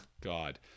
God